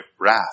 wrath